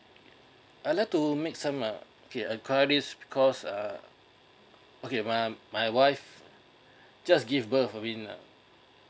I like to make some uh okay I call this because uh okay my my wife just give birth